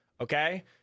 okay